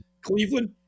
Cleveland